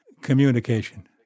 communication